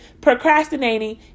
procrastinating